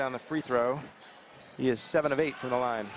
down the free throw is seven of eight for the line